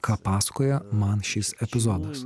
ką pasakoja man šis epizodas